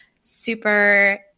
super